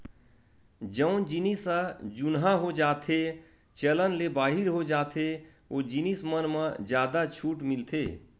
जउन जिनिस ह जुनहा हो जाथेए चलन ले बाहिर हो जाथे ओ जिनिस मन म जादा छूट मिलथे